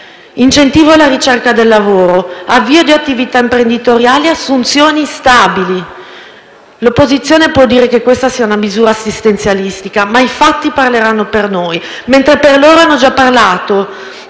Incentivo alla ricerca del lavoro, avvio di attività imprenditoriali e assunzioni stabili: l'opposizione può dire che questa sia una misura assistenzialistica, ma i fatti parleranno per noi, mentre per loro hanno già parlato